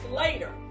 later